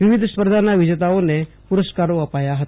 વિવિધ સ્પર્ધાના વિજેતાઓને પુરસ્કારો અપયાા હતા